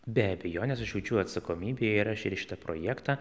be abejonės aš jaučiu atsakomybę ir aš ir į šitą projektą